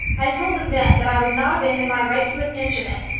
i told them then that i would not abandon my right to an inch of it.